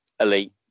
elite